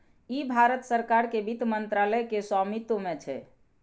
ई भारत सरकार के वित्त मंत्रालय के स्वामित्व मे छै